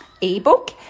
ebook